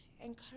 encourage